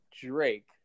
Drake